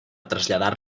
traslladar